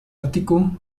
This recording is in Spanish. ático